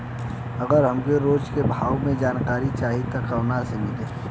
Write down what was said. अगर हमके रोज के भाव के जानकारी चाही त कहवा से मिली?